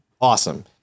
awesome